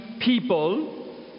people